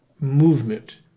movement